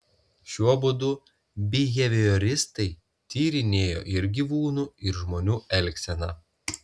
šiuo būdu bihevioristai tyrinėjo ir gyvūnų ir žmonių elgseną